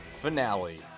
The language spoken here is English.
finale